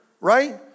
right